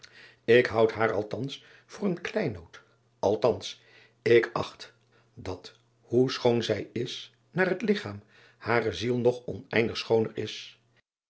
k houd haar althans voor een kleinood althans ik acht dat hoe schoon zij is naar het ligchaam hare ziel nog oneindig schooner is